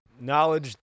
knowledge